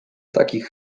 takich